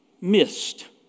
missed